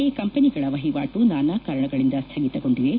ಈ ಕಂಪನಿಗಳ ವಹಿವಾಟು ನಾನಾ ಕಾರಣಗಳಿಂದ ಸ್ಟಗಿತಗೊಂಡಿವೆ